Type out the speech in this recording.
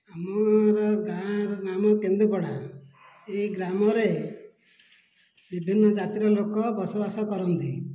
ମୋ'ର ଗାଁର ନାମ କେନ୍ଦୁପଡ଼ା ଏଇ ଗ୍ରାମରେ ବିଭିନ୍ନ ଜାତିର ଲୋକ ବସବାସ କରନ୍ତି